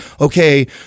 okay